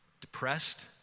depressed